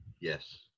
Yes